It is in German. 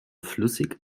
flüssig